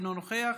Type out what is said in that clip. אינו נוכח,